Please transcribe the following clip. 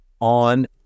on